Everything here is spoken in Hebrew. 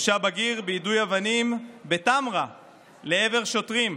הורשע בגיר בגין יידוי אבנים בטמרה לעבר שוטרים,